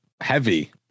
heavy